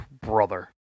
Brother